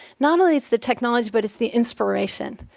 not only it's the technology, but it's the inspiration,